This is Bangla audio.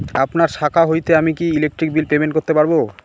আপনার শাখা হইতে আমি কি ইলেকট্রিক বিল পেমেন্ট করতে পারব?